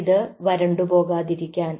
ഇത് വരണ്ടു പോകാതിരിക്കാൻ